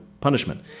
punishment